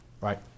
right